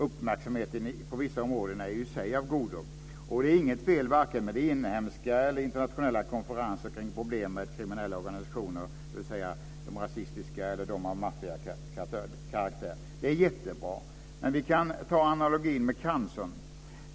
Uppmärksamheten på vissa områden är i sig av godo. Det är inte heller något fel med vare sig inhemska eller internationella konferenser kring problem med kriminella organisationer, dvs. de rasistiska organisationerna eller de av maffiakaraktär. Det är jättebra. Men vi kan ta analogin med cancer.